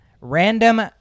random